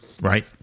right